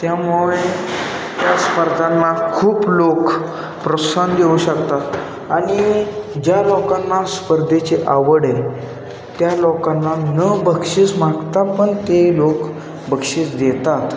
त्यामुळे त्या स्पर्धांना खूप लोक प्रोत्साहन देऊ शकतात आणि ज्या लोकांना स्पर्धेची आवड आहे त्या लोकांना न बक्षीस मागता पण ते लोक बक्षीस देतात